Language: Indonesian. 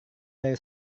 dari